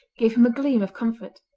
gave him a gleam of comfort.